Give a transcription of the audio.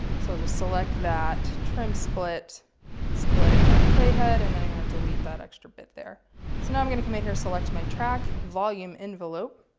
so, i'll just select that, trim split split at playhead. and then i'm going to delete that extra bit there. so now i'm going to come in here, select my track volume envelope,